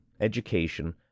education